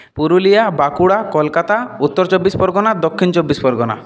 পুরুলিয়া বাঁকুড়া কলকাতা উত্তর চব্বিশ পরগনা দক্ষিণ চব্বিশ পরগনা